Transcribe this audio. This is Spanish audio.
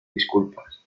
disculpas